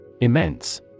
Immense